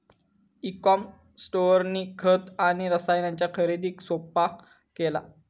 E com स्टोअरनी खत आणि रसायनांच्या खरेदीक सोप्पा केला